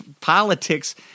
politics